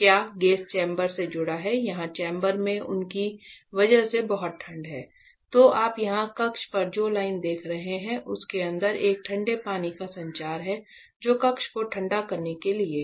क्या gauge chamber से जुड़ा है यहाँ चेंबर में उनकी वजह से बहुत ठंड है तो आप यहाँ कक्ष पर जो लाइन देख रहे हैं उसके अंदर एक ठंडे पानी का संचार है जो कक्ष को ठंडा करने के लिए है